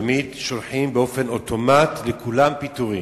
תמיד שולחים באופן אוטומטי, לכולם, פיטורים.